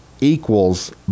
equals